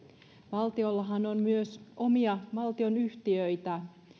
valtiollahan on myös omia valtionyhtiöitä